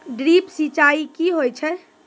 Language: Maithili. ड्रिप सिंचाई कि होय छै?